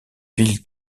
ville